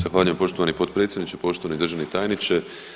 Zahvaljujem poštovani potpredsjedniče, poštovani državni tajniče.